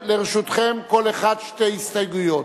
לרשותכם, כל אחד שתי הסתייגויות.